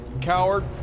Coward